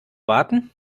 warten